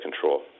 control